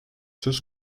söz